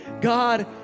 God